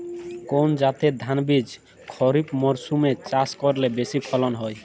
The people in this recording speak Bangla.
কোন জাতের ধানবীজ খরিপ মরসুম এ চাষ করলে বেশি ফলন হয়?